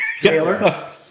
Taylor